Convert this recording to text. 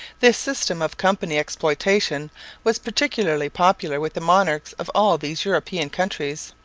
this system of company exploitation was particularly popular with the monarchs of all these european countries.